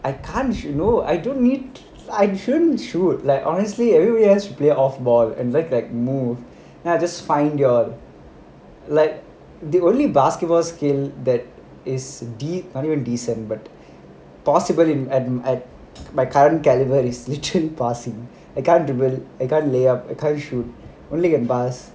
I can't shoot you know I don't need I shouldn't shoot like honestly everybody else play off ball and like move then I just find you all like the only basketball skill that is deep not even decent but possible at at my current calibre is literally passing I can't even I can't layout at all only can pass